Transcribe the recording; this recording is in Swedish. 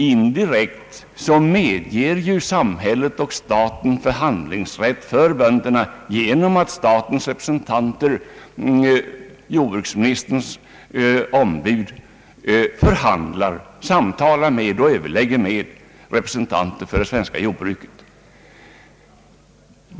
Indirekt medger ju staten förhandlingsrätt för jordbrukarna genom att statens representanter — jordbruksministerns ombud — överlägger och förhandlar med representanter för det svenska jordbruket.